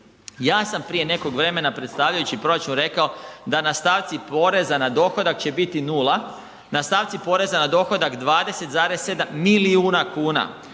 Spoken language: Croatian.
Ja sam prije nekog vremena predstavljajući proračun rekao da na stavci poreza na dohodak će biti 0, na stavci poreza na dohodak 20,7 milijuna kuna,